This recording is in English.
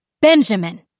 Benjamin